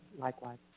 Likewise